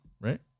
right